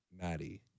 Maddie